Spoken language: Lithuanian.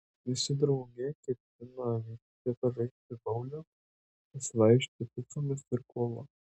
visi drauge ketina vykti pažaisti boulingo pasivaišinti picomis ir kola